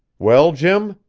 well, jim?